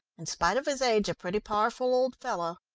in spite of his age a pretty powerful old fellow.